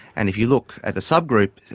and if you look at the subgroup,